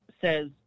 says